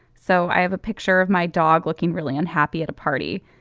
so i have a picture of my dog looking really unhappy at a party.